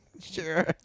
Sure